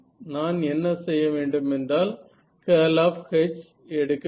நான் என்ன செய்ய வேண்டும் என்றால் கர்ல் ஆப் H எடுக்க வேண்டும்